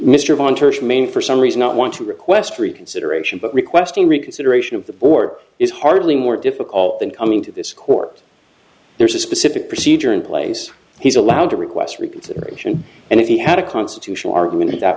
entourage maine for some reason not want to request reconsideration but requesting reconsideration of the or is hardly more difficult than coming to this court there's a specific procedure in place he's allowed to request reconsideration and if he had a constitutional argument that